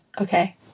Okay